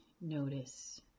notice